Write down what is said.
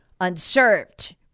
unserved